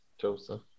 Joseph